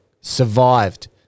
survived